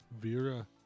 Vera